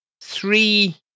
three